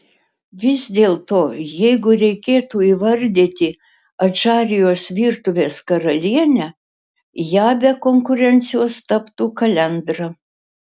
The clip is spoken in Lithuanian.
vis dėlto jei reikėtų įvardyti adžarijos virtuvės karalienę ja be konkurencijos taptų kalendra